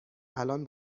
الان